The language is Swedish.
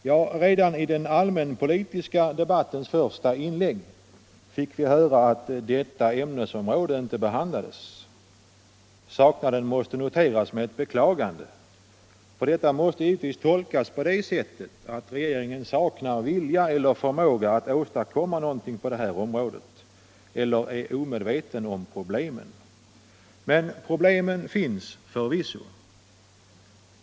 Ja, redan i den allmänpolitiska debattens första inlägg fick vi höra att detta ämnesområde inte behandlades i deklarationen. Det förhållandet måste Allmänpolitisk debatt Allmänpolitisk debatt noteras med beklagande, för det måste givetvis tolkas på det sättet att regeringen saknar vilja eller förmåga att åstadkomma någonting på det här området eller är omedveten om problemen. Men problemen finns förvisso.